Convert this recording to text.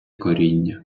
коріння